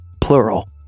plural